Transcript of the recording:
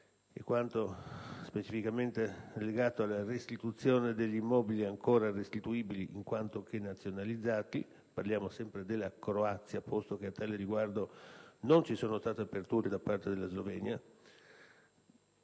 quanto specificamente legato alla restituzione degli immobili ancora restituibili in quanto nazionalizzati; al riguardo (mi riferisco alla Croazia, posto che a tale riguardo non vi sono state aperture da parte della Slovenia),